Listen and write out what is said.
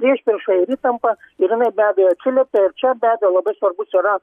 priešprieša ir įtampa ir jinai be abejo atsiliepia ir čia be abejo labai svarbus yra